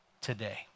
today